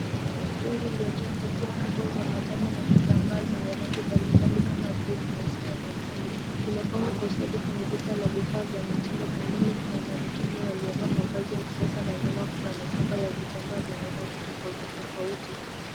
Kuna stendi iliyo jaa kofia kubwa za majani na kitambaa zenye rangi mbalimbali kama bleach, nyeusi na nyekundu. Zimepangwa kwa ustadi kwenye duka la vifaa vya mitindo pembeni kuna maniquini waliovaa mavazi ya kisasa na nyuma kuna mikoba yenye rangi tofautitofauti.